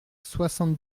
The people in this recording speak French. soixante